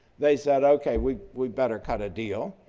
they said, ok, we'd we'd better cut a deal,